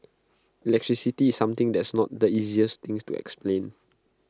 electricity something that's not the easiest thing to explain